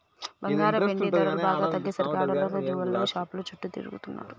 బంగారం, వెండి ధరలు బాగా తగ్గేసరికి ఆడోళ్ళందరూ జువెల్లరీ షాపుల చుట్టూ తిరుగుతున్నరు